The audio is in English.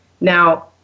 Now